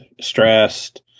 stressed